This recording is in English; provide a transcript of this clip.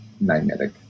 magnetic